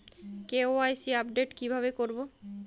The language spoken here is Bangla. কে.ওয়াই.সি আপডেট কিভাবে করবো?